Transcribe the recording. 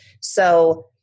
So-